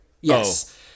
Yes